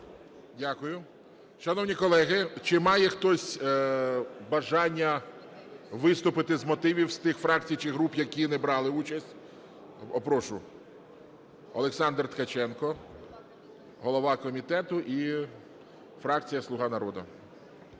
Дякую. Шановні колеги, чи має хтось бажання виступити з мотивів з тих фракцій, чи груп, які не брали участь? Прошу, Олександр Ткаченко, голова комітету, і фракція "Слуга народу".